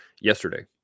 yesterday